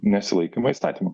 nesilaikymo įstatymų